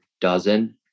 dozen